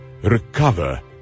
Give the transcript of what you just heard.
Recover